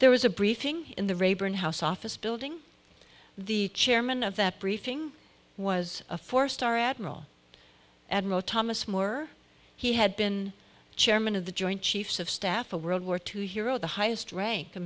there was a briefing in the rayburn house office building the chairman of that briefing was a four star admiral admiral thomas moore he had been chairman of the joint chiefs of staff for world war two hero the highest